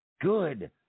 Good